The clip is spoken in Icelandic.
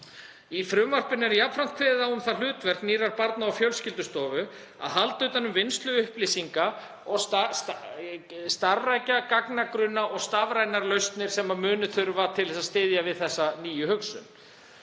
Í frumvarpinu er jafnframt kveðið á um það hlutverk nýrrar Barna- og fjölskyldustofu að halda utan um vinnslu upplýsinga og starfrækja gagnagrunna og stafrænar lausnir sem mun þurfa til að styðja við þessa nýju hugsun.